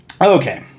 Okay